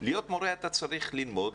להיות מורה, אתה צריך ללמוד.